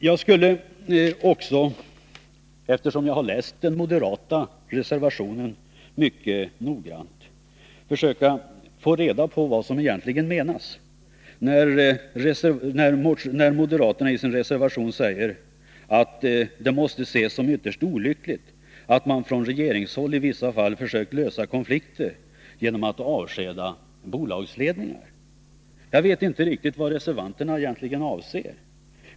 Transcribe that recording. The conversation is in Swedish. Jag skulle också, eftersom jag har läst den moderata reservationen mycket noga, vilja försöka få reda på vad som egentligen menas, när moderaterna där säger: Det måste ses som —— ytterst olyckligt att man från regeringshåll i vissa fall försökt lösa konflikter ——— genom att avskeda bolagsledningarna.” Jag vet inte riktigt vad reservanterna avser.